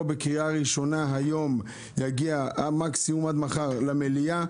בקריאה הראשונה היום ויגיע מקסימום עד מחר למליאה.